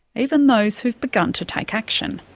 even those who've begun to take action.